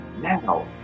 Now